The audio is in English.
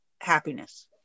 happiness